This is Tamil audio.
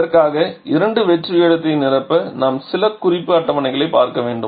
இதற்கு இரண்டு வெற்று இடத்தை நிரப்ப நாம் சில குறிப்பு அட்டவணைகளைப் பார்க்க வேண்டும்